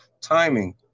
timing